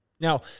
Now